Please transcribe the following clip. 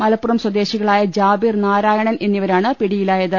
മലപ്പുറം സ്വദേശികളായ ജാബിർ നാരായണൻ എന്നിവരാണ് പിടിയിലായത്